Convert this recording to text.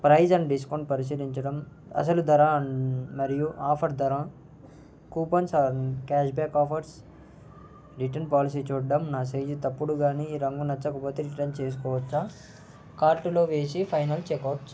price and discount పరిశీలించడం అసలు ధర అం మరియు ఆఫర్ ధర coupons and cashback offers return policy చూడడం నా సైజు తప్పుడు కానీ ఈ రంగు నచ్చకపోతే రిటర్న్ చేసుకోవచ్చా కార్టులో వేసి ఫైనల్ చెక్అవుట్